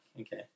okay